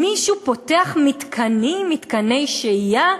מישהו פותח מתקני שהייה?